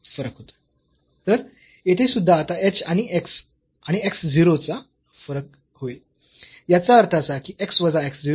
तर येथे सुद्धा आता h हा x आणि x 0 चा फरक होईल याचा अर्थ असा की x वजा x 0